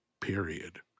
Period